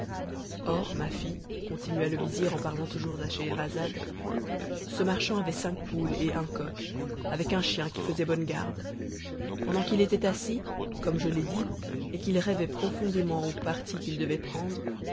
or ma fille continua le vizir en parlant toujours à scheherazade ce marchand avait cinquante poules et un coq avec un chien qui faisait bonne garde pendant qu'il était assis comme je l'ai dit et qu'il rêvait profondément au parti qu'il devait prendre